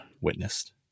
witnessed